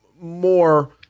more